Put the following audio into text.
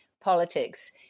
politics